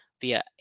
via